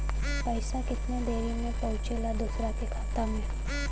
पैसा कितना देरी मे पहुंचयला दोसरा के खाता मे?